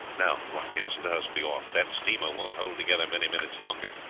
now, watkins, let us be off that steamer won't hold together many minutes longer,